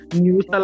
news